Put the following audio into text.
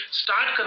start